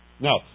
Now